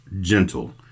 gentle